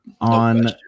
On